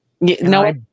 No